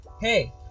Hey